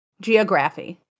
Geography